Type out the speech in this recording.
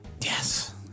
yes